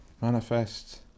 Manifest